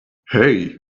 hey